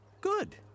Good